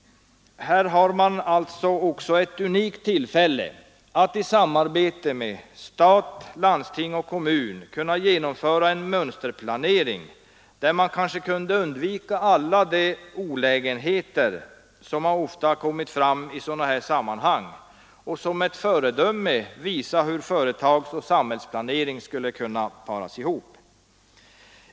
Här har man alltså ett unikt tillfälle att i samarbete mellan stat, landsting och kommun genomföra en mönsterplanering, där man kanske kunde undvika alla de olägenheter som ofta har kommit fram i sådana här sammanhang och som ett föredöme visa hur företagsoch samhällsplanering skulle kunna paras ihop.